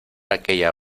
aquella